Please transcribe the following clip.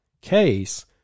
case